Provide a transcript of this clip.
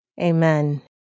amen